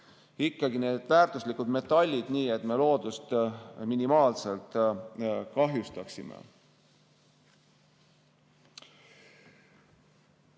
saada need väärtuslikud metallid kätte nii, et me loodust minimaalselt kahjustaksime?